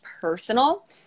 personal